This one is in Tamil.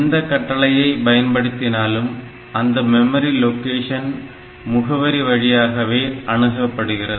எந்த கட்டளையை பயன்படுத்தினாலும் அந்த மெமரி லொக்கேஷன் முகவரி வழியாகவே அணுகப்படுகிறது